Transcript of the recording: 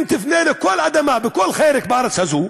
אם תפנה לכל אדמה בכל חלק בארץ הזאת,